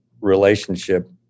relationship